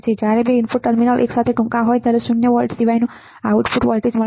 જ્યારે બે input terminal એકસાથે ટૂંકા હોય ત્યારે શૂન્ય વોલ્ટ સિવાયનું આઉટપુટ વોલ્ટેજ મળે